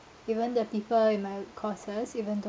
even the people in my courses even though